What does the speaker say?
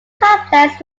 complex